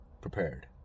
prepared